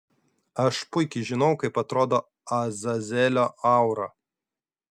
aš puikiai žinau kaip atrodo azazelio aura